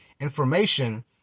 information